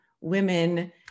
women